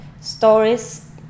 stories